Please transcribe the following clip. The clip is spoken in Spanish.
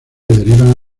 derivan